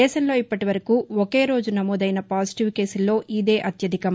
దేశంలో ఇప్పటివరకు ఒకేరోజు నమైదన పాజిటివ్ కేసుల్లో ఇదే అత్యధికం